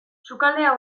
sukaldea